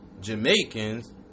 Jamaicans